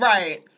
Right